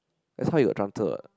that's how he got